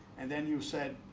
and then you said